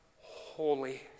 holy